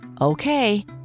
Okay